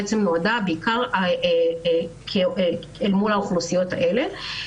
נועדו בעיקר אל מול האוכלוסיות האלה.